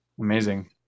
Amazing